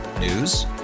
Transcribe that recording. News